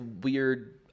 weird